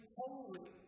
holy